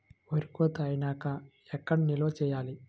వరి కోత అయినాక ఎక్కడ నిల్వ చేయాలి?